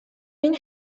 این